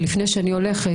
ולפני שאני הולכת,